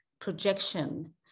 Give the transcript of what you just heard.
projection